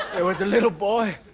it was a little boy.